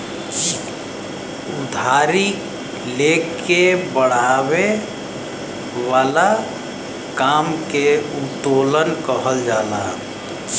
उधारी ले के बड़ावे वाला काम के उत्तोलन कहल जाला